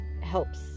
helps